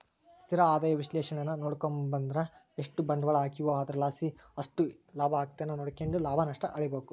ಸ್ಥಿರ ಆದಾಯ ವಿಶ್ಲೇಷಣೇನಾ ನೋಡುಬಕಂದ್ರ ಎಷ್ಟು ಬಂಡ್ವಾಳ ಹಾಕೀವೋ ಅದರ್ಲಾಸಿ ಎಷ್ಟು ಲಾಭ ಆಗೆತೆ ನೋಡ್ಕೆಂಡು ಲಾಭ ನಷ್ಟ ಅಳಿಬಕು